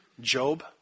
Job